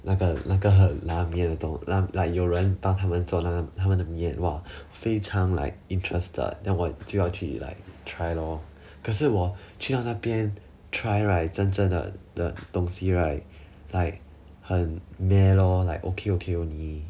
那个那个很拉面 like 有人帮他们做他们的面 !wah! 非常 like interested then 我就要去 like try lor 可是我去到那边 try right 真正的的东西 right like 很 meh lor like okay okay only